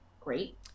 great